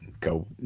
go